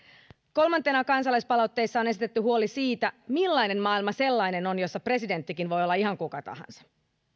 kolmantena kansalaispalautteissa on esitetty huoli siitä millainen maailma sellainen on jossa presidenttikin voi olla ihan kuka tahansa